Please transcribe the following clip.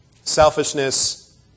Selfishness